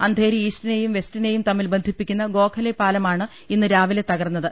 അന്ധേരി ഈസ്റ്റിനെയും അന്ധേരി വെസ്റ്റിനെയും തമ്മിൽ ബന്ധിപ്പിക്കുന്ന ഗോഖലെ പാല മാണ് ഇന്ന് രാവിലെ തകർന്നത്